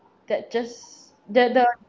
that just that the